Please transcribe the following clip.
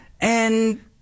and-